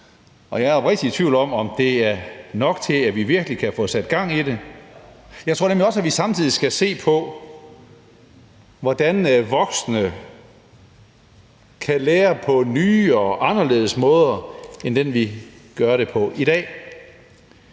i tvivl om, om det er nok til, at vi virkelig kan få sat gang i det. Jeg tror nemlig også, at vi samtidig skal se på, hvordan voksne kan lære på nye og anderledes måder end dem, vi gør det på i dag.